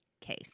case